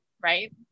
Right